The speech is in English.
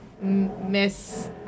miss